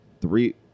three